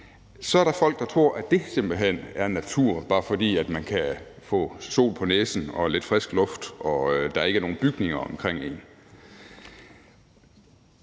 Der er der folk, der tror, at dét simpelt hen er natur, bare fordi man kan få sol på næsen og lidt frisk luft og der ikke er nogen bygninger omkring en.